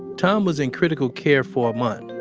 tom was in critical care for a month.